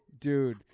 Dude